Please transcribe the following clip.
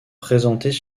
présentées